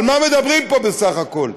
על מה מדברים פה בסך הכול?